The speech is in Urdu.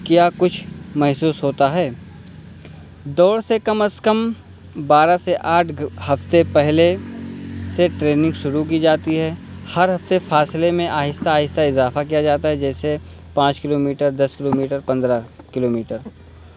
کیا کچھ محسوس ہوتا ہے دوڑ سے کم از کم بارہ سے آٹھ ہفتے پہلے سے ٹریننگ شروع کی جاتی ہے ہر ہفتے فاصلے میں آہستہ آہستہ اضافہ کیا جاتا ہے جیسے پانچ کلو میٹر دس کلو میٹر پندرہ کلو میٹر